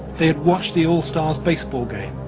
they had watched the all stars baseball game,